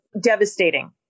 devastating